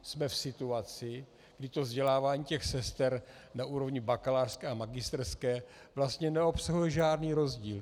Jsme v situaci, kdy vzdělávání sester na úrovni bakalářské a magisterské vlastně neobsahuje žádný rozdíl.